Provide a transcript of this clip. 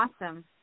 awesome